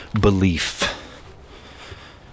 belief